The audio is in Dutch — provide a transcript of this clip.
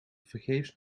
tevergeefs